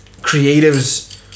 creatives